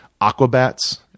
Aquabats